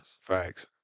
Facts